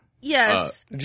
Yes